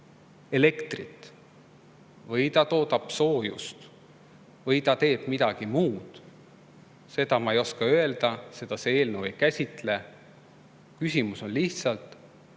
elektrit või see toodab soojust või teeb midagi muud, seda ma ei oska öelda, seda see eelnõu ei käsitle. Küsimus on lihtsalt